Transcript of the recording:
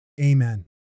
Amen